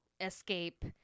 escape